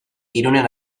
irunen